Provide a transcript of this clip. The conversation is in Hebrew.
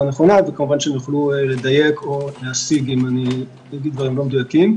נכונה וכמובן שיוכלו להסיג או לדייק אחר כך.